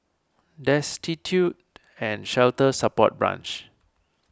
Destitute and Shelter Support Branch